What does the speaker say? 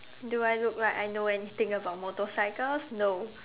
do I look like I know anything about motorcycles no